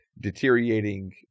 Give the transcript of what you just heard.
deteriorating